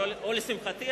או לשמחתי,